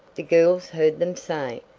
the girls heard them say.